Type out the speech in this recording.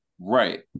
Right